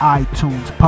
iTunes